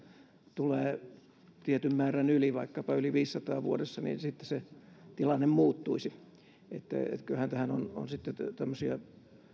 tulee tietyn määrän yli vaikkapa yli viidessäsadassa vuodessa niin sitten se tilanne muuttuisi kyllähän tähän on on sitten tämmöisiä